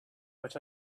but